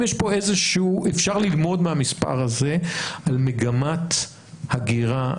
אפשר ללמוד מהמספר הזה על מגמת הגירה,